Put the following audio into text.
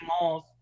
malls